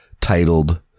titled